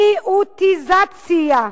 מיעוטיזציה,